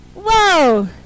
Whoa